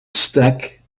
stack